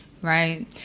Right